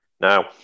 Now